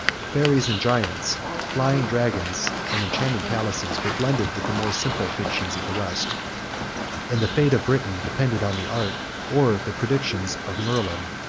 fairies and giants, flying dragons, and enchanted palaces, were blended with the more simple fictions of the west and the fate of britain depended on the art, or the predictions, of merlin.